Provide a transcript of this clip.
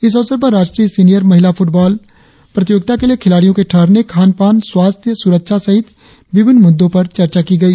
इस अवसर पर राष्ट्रीय सीनियर महिला फुटबॉल प्रतियोगिता के लिए खिलाड़ियों के ठहरने खान पान स्वास्थ्य सुरक्षा सहित विभिन्न मुद्दों पर चर्चा की गई